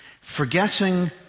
forgetting